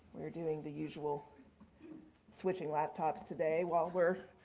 we're doing the usual switching laptops today while we're.